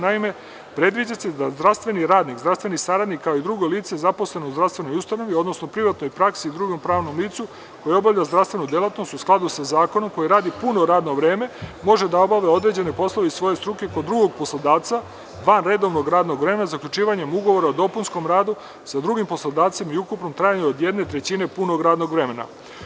Naime, predviđa se da zdravstveni radnik, zdravstveni saradnik, kao i drugo lice zaposleno u zdravstvenoj ustanovi, odnosno privatnoj praksi u drugom pravnom licu koje obavlja zdravstvenu delatnost u skladu sa zakonom koji radi puno radno vreme, može da obavlja određene poslove iz svoje struke kod drugog poslodavca, van redovnog radnog vremena zaključivanjem ugovora o dopunskom radu sa drugim poslodavcem i ukupnim trajanjem od jedne trećine punog radnog vremena.